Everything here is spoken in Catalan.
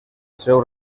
seu